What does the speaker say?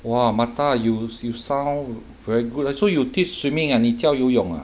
!wah! martha you you sound very good so you teach swimming and 你教游泳 ah